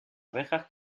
abejas